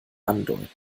andeuten